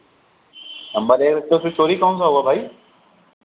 number है तो चोरी कौन सा हुआ भाई